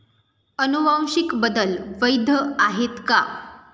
अनुवांशिक बदल वैध आहेत का?